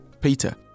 Peter